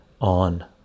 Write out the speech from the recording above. On